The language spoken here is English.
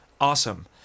awesome